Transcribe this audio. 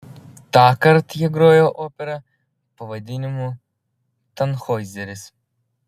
tąkart jie grojo operą pavadinimu tanhoizeris